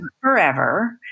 forever